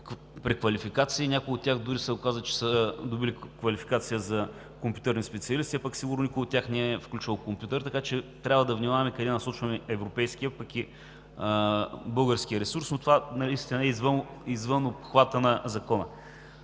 някои от тях дори се оказа, че са добили квалификация за компютърни специалисти, а пък сигурно никой от тях не е включвал компютър. Така че трябва да внимаваме къде насочваме европейския, пък и българския ресурс, но това наистина е извън обхвата на Закона.